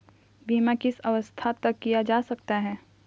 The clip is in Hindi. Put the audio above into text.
बीमा किस अवस्था तक किया जा सकता है?